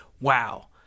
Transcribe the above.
wow